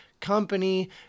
company